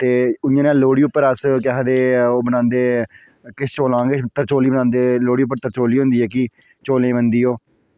ते उ'आं गै लोह्ड़ी उप्पर अस केह् आखदे ओह् बनांदे किश चौलां किश तरचौली बनांदे वोह्ड़ी उप्पर तरचौली होंदी जेह्की चौलें बनदी ओह्